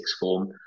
form